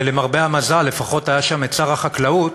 למרבה המזל, לפחות היה שם שר החקלאות,